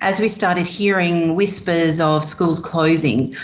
as we started hearing whispers of schools closing